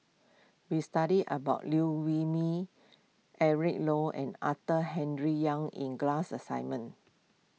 we studied about Liew Wee Mee Eric Low and Arthur Henderson Young in the class assignment